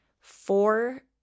four